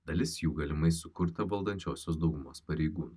dalis jų galimai sukurta valdančiosios daugumos pareigų